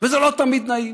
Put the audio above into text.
וזה לא תמיד נעים